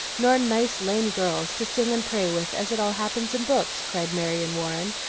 nor nice lame girls to sing and pray with, as it all happens in books, cried marion warren,